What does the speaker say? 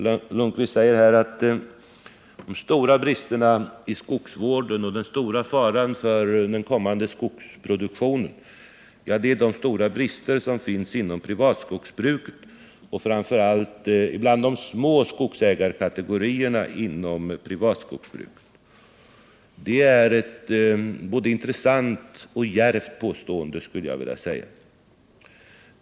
Herr Lundkvist säger här att den stora faran för skogsvården och den kommande skogsproduktionen är de stora brister som finns inom privatskogsbruket och framför allt bland de små skogsägarkategorierna inom privatskogsbruket. Detta är ett både intressant och djärvt påstående, skulle jag vilja säga.